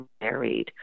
married